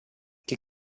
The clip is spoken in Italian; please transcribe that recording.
che